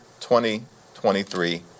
2023